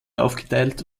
aufgeteilt